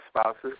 spouses